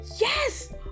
Yes